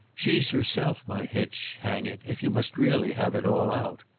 she's herself my hitch, hang it if you must really have it all out.